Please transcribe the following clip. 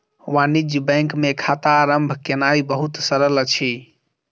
वाणिज्य बैंक मे खाता आरम्भ केनाई बहुत सरल अछि